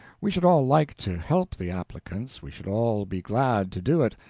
we should all like to help the applicants, we should all be glad to do it,